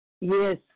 Yes